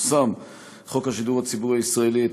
פורסם חוק השידור הציבורי הישראלי,